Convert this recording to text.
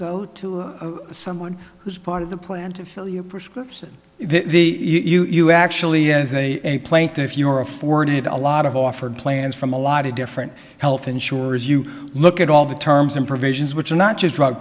go to someone who's part of the plan to fill your prescription if you actually as a plaintiff you are afforded a lot of offered plans from a lot of different health insurers you look at all the terms and provisions which are not just drug